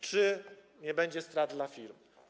Czy nie będzie strat dla firm?